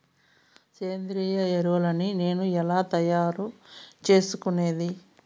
సేంద్రియ ఎరువులని నేను ఎలా తయారు చేసుకునేది?